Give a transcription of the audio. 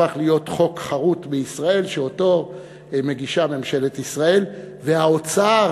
הפך להיות חוק חרות בישראל שאותו מגישים ממשלת ישראל והאוצר